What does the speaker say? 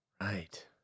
right